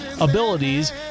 abilities